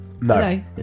No